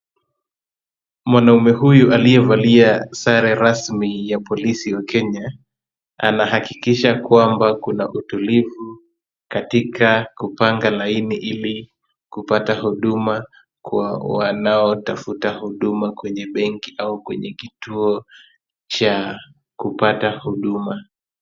Mwanaume huyu aliyevalia sare rasmi ya polisi wa Kenya, anahakikisha kwamba kuna utulivu katika kupanga laini ili kupata huduma kwa wanotafuta huduma kwenye benki au kwenye kituo cha kupata huduma.